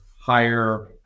higher